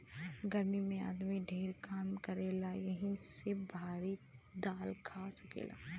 गर्मी मे आदमी ढेर काम करेला यही से भारी दाल खा सकेला